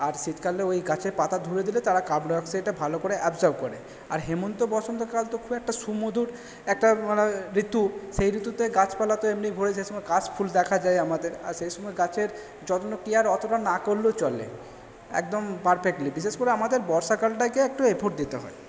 আর শীতকালে ওই গাছের পাতা ধুয়ে দিলে তারা কার্বন ডাইঅক্সাইডটা ভালো করে অ্যাবসর্ব করে আর হেমন্ত বসন্তকাল তো খুব একটা সুমধুর একটা ঋতু সেই ঋতুতে গাছপালা তো এমনিই ভরে যায় সে কাশফুল দেখা যায় আমাদের আর সেই সময় গাছের যত্ন কেয়ার অতটা না করলেও চলে একদম পারফেক্টলি বিশেষ করে আমাদের বর্ষাকালটাকে একটু এফোর্ট দিতে হয়